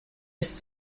ist